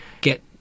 get